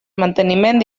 manteniment